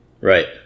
Right